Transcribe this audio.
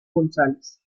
gonzález